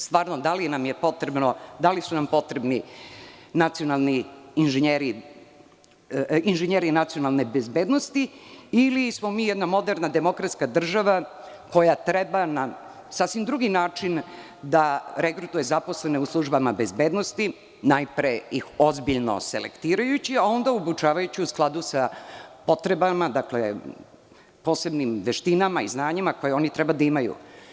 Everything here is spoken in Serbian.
Stvarno, da li su nam potrebni inženjeri nacionalne bezbednosti ili smo mi jedna moderna demokratska država koja treba na sasvim drugi način da regrutuje zaposlene u službama bezbednosti, najpre ih ozbiljno selektirajući, a onda obučavajući u skladu sa potrebama, posebnim veštinama i znanjima koje oni treba da imaju?